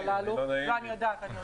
תמיד ידענו לממן את עצמנו.